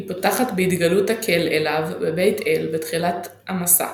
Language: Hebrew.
היא פותחת בהתגלות האל אליו בבית אל בתחילת המסע,